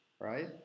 right